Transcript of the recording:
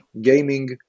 gaming